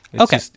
Okay